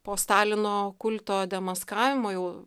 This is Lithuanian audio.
po stalino kulto demaskavimo jau